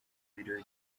birori